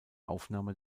aufnahme